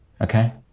Okay